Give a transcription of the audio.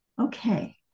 Okay